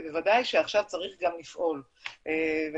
בוודאי שעכשיו צריך גם לפעול ולפעול